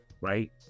right